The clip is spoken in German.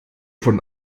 von